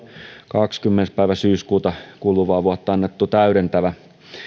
kahdeskymmenes päivä syyskuuta kuluvaa vuotta annettu täydentävä